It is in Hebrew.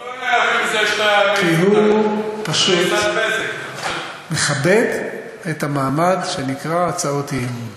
כי הוא פשוט מכבד את המעמד שנקרא הצעות אי-אמון.